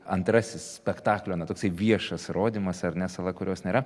antrasis spektaklio na toksai viešas rodymas ar ne sala kurios nėra